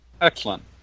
Excellent